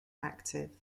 active